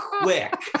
quick